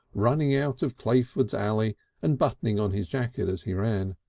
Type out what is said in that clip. running out of clayford's alley and buttoning on his jacket as he ran.